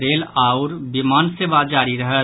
rail आओर विमान सेवा जारी रहत